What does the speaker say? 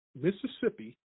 Mississippi